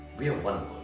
we are one